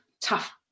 tough